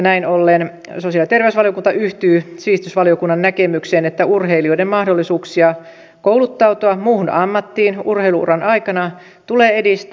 näin ollen sosiaali ja terveysvaliokunta yhtyy sivistysvaliokunnan näkemykseen että urheilijoiden mahdollisuuksia kouluttautua muuhun ammattiin urheilu uran aikana tulee edistää